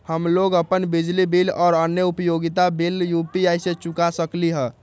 हम लोग अपन बिजली बिल और अन्य उपयोगिता बिल यू.पी.आई से चुका सकिली ह